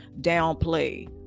downplay